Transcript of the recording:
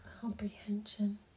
comprehension